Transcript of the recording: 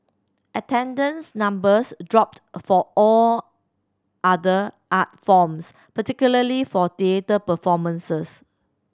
attendance numbers dropped for all other art forms particularly for theatre performances